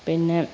പിന്നെ